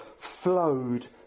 flowed